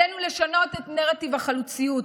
עלינו לשנות את נרטיב החלוציות,